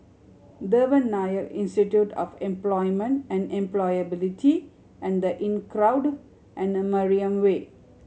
Devan Nair Institute of Employment and Employability and The Inncrowd and Mariam Way